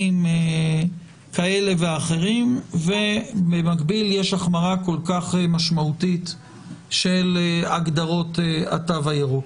כאלה ואחרים ובמקביל יש החמרה כל כך משמעותית של הגדרות התו הירוק?